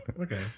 okay